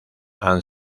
han